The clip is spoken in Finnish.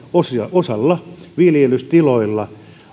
osassa viljelystiloista